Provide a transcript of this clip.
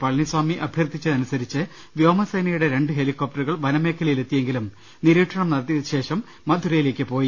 പളനിസ്വാമി അഭ്യർത്ഥിച്ചതനുസരിച്ച് വ്യോമസേനയുടെ രണ്ട് ഹെലികോപ്റ്ററുകൾ വനമേഖലയിൽ എത്തിയെങ്കിലും നിരീക്ഷണം നടത്തിയശേഷം മധുരയിലേക്ക് പോയി